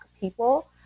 people